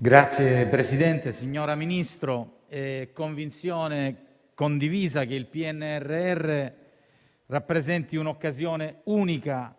*(PD)*. Signora Ministro, è convinzione condivisa che il PNRR rappresenti un'occasione unica